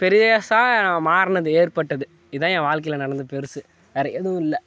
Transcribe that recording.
பெரிசா மாறுனது ஏற்பட்டது இதான் என் வாழ்க்கையில் நடந்த பெருசு வேற எதுவும் இல்லை